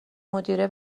مدیره